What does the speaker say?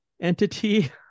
entity